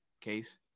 case